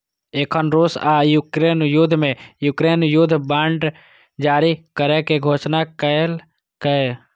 एखन रूस आ यूक्रेन युद्ध मे यूक्रेन युद्ध बांड जारी करै के घोषणा केलकैए